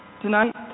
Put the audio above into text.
tonight